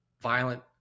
violent